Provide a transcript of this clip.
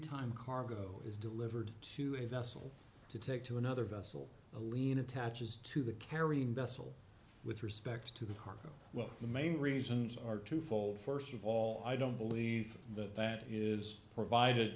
time cargo is delivered to a vessel to take to another vessel alina tach as to the carrying vessel with respect to the cargo well the main reasons are twofold st of all i don't believe that that is provided